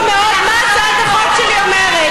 תקשיבו טוב מאוד מה הצעת החוק שלי אומרת.